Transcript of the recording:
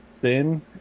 thin